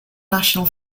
national